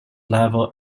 level